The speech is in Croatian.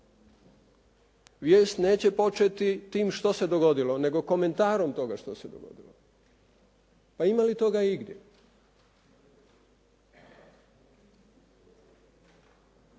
Vijest neće početi tim što se dogodilo nego komentarom toga što se dogodilo. Pa ima li toga igdje?